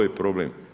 je problem.